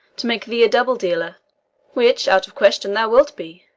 to make thee a double-dealer which, out of question, thou wilt be,